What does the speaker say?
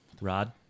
rod